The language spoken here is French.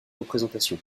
représentation